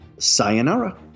Sayonara